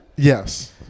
Yes